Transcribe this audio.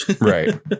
Right